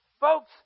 Folks